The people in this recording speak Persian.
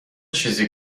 چیزی